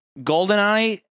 Goldeneye